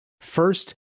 First